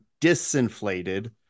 disinflated